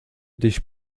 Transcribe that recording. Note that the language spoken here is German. dich